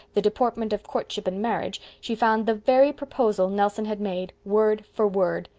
the deportment of courtship and marriage she found the very proposal nelson had made, word for word.